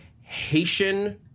Haitian